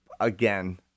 again